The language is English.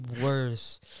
worse